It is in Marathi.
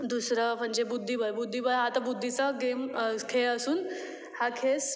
दुसरं म्हणजे बुद्धिबळ बुद्धिबळ हा तर बुद्धिचा गेम खेळ असून हा खेळ